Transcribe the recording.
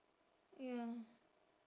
ya